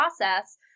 process